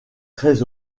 très